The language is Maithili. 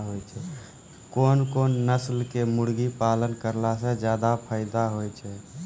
कोन कोन नस्ल के मुर्गी पालन करला से ज्यादा फायदा होय छै?